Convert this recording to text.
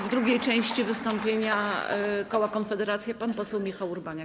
W drugiej części wystąpienia koła Konfederacja pan poseł Michał Urbaniak.